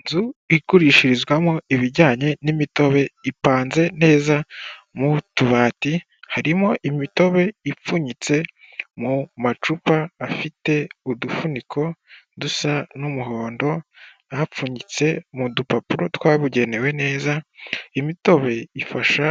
Inzu igurishirizwamo ibijyanye n'imitobe, ipanze neza mu tubati, harimo imitobe ipfunyitse mu macupa afite udufuniko dusa n'umuhondo, ahapfunyitse mu dupapuro twabugenewe neza, imitobe ifasha